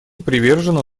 привержено